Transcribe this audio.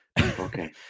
okay